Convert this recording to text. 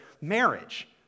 marriage